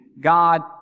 God